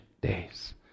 days